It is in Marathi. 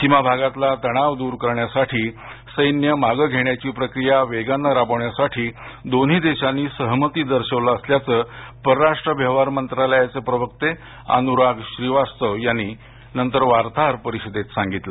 सीमा भागातला तणाव दूर करण्यासाठी सैन्य मागे घेण्याची प्रक्रिया वेगानं राबवण्यासाठी दोन्ही देशांनी सहमती दर्शवली असल्याचं परराष्ट्र व्यवहार मंत्रालयाचे प्रवक्ते अनुराग श्रीवास्तव यांनी नंतर वार्ताहर परिषदेत सांगितलं